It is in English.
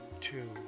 Two